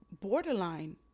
borderline